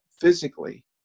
physically